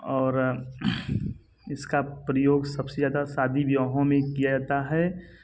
और इसका प्रयोग सब से ज़्यादा शादी विवाहों में किया जाता है